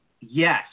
yes